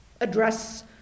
address